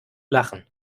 lachen